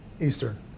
Eastern